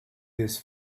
this